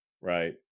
Right